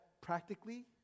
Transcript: practically